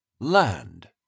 Land